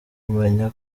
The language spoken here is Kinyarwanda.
kumenya